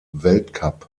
weltcup